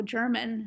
German